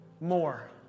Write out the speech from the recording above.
more